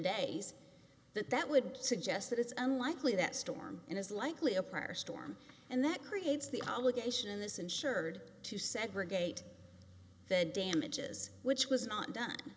days that that would suggest that it's unlikely that storm and is likely a prior storm and that creates the obligation in this insured to segregate the damages which was not done